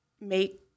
make